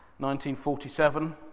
1947